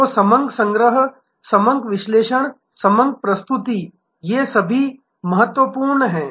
तो समक संग्रह समक विश्लेषण समक प्रस्तुति ये सभी महत्वपूर्ण हैं